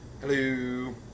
Hello